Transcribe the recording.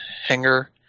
Hanger